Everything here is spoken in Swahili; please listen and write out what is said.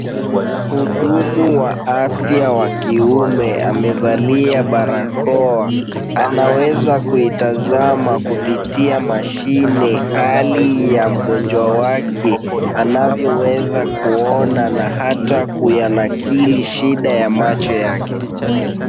Mhudumu wa afya wa kiume amevalia barakoa. Anaweza kuitazama kupitia mashine hali ya mgonjwa wake anavyoweza kuona na hata kuyanakili shida ya macho yake.